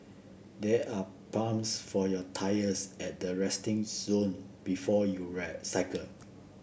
there are pumps for your tyres at the resting zone before you ride cycle